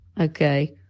okay